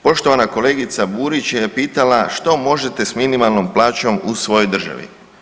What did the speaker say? Poštovana kolegica Burić je pitala što možete s minimalnom plaćom u svojoj državi.